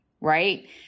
right